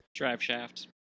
Driveshaft